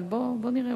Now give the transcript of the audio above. אבל בוא נראה,